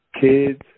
kids